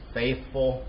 faithful